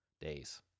days